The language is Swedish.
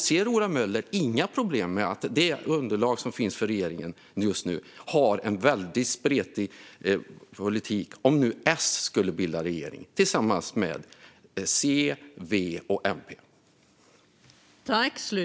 Ser Ola Möller inga problem med att det underlag som just nu finns för regeringen - om nu S skulle bilda regering tillsammans med C, V och MP - har en väldigt spretig politik?